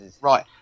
Right